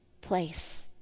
place